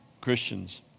Christians